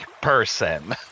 person